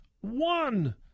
one